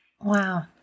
Wow